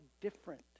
different